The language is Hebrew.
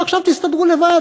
ועכשיו תסתדרו לבד.